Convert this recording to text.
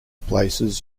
places